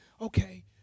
Okay